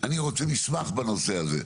אני רוצה מסמך בנושא הזה.